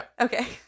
Okay